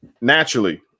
naturally